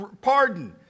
pardon